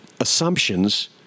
assumptions